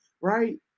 right